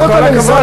עם כל הכבוד.